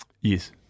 Yes